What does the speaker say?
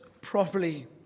properly